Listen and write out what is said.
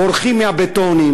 בורחים מהבטון,